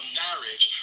marriage